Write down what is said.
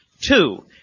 two